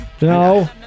No